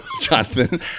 Jonathan